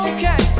Okay